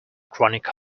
chronic